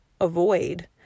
avoid